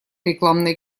рекламные